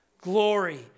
Glory